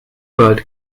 world